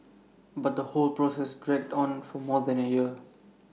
but the whole process dragged on for more than A year